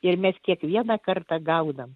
ir mes kiekvieną kartą gaunam